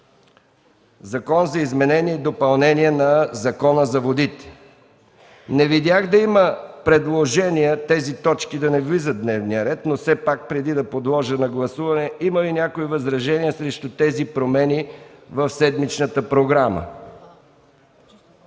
Закон за изменение и допълнение на Закона за водите. Не видях да има предложение тези точки да не влизат в дневния ред, но преди да подложа промените на гласуване, има ли възражения срещу тези промени в седмичната програма?